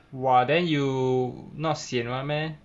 !wah! then you not sian [one] meh